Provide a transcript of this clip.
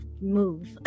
move